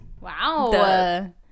Wow